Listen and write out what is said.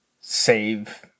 save